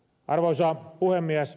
arvoisa puhemies